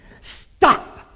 stop